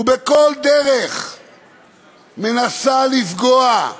ובכל דרך מנסה לפגוע,